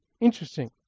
Interesting